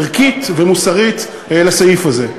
ערכית ומוסרית לסעיף הזה.